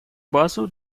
базу